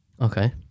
Okay